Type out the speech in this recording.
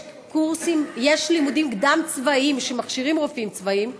יש לימודים קדם-צבאיים שמכשירים רופאים צבאיים.